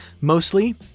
mostly